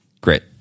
great